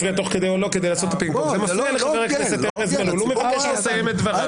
זה מפריע לחבר הכנסת ארז מלול והוא מבקש לסיים את דבריו.